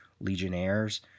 Legionnaires